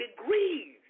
degrees